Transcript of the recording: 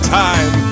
time